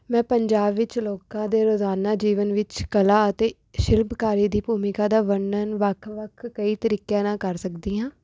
ਮੈਂ ਪੰਜਾਬ ਵਿੱਚ ਲੋਕਾਂ ਦੇ ਰੋਜ਼ਾਨਾ ਜੀਵਨ ਵਿੱਚ ਕਲਾ ਅਤੇ ਸ਼ਿਲਪਕਾਰੀ ਦੀ ਭੂਮਿਕਾ ਦਾ ਵਰਣਨ ਵੱਖ ਵੱਖ ਕਈ ਤਰੀਕਿਆਂ ਨਾਲ ਕਰ ਸਕਦੀ ਹਾਂ